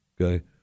Okay